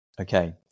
Okay